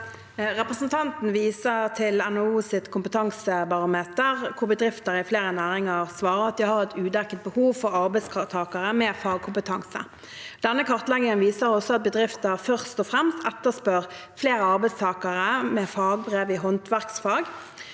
Represen- tanten viser til NHOs kompetansebarometer, hvor bedrifter i flere næringer svarer at de har et udekket behov for arbeidstakere med fagkompetanse. Denne kartleggingen viser også at bedrifter først og fremst etterspør flere arbeidstakere med fagbrev i håndverksfag.